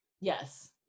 Yes